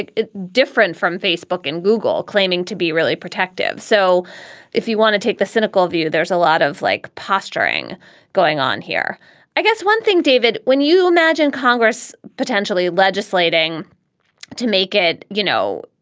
it's different from facebook and google claiming to be really protective. so if you want to take the cynical view, there's a lot of like posturing going on here i guess one thing, david, when you imagine congress potentially legislating to make it, you know,